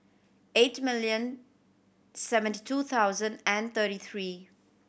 eight million seventy two thousand and thirty three